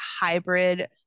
hybrid